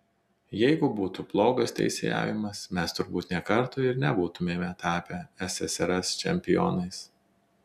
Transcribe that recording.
jeigu būtų blogas teisėjavimas mes turbūt nė karto ir nebūtumėme tapę ssrs čempionais